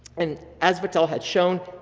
and as vattel had shown,